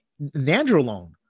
nandrolone